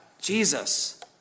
Jesus